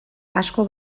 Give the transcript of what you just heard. asko